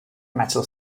metal